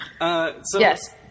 Yes